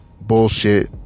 Bullshit